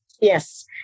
yes